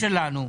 זו הדרך שלנו.